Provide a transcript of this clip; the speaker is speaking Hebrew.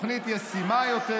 תוכנית ישימה יותר,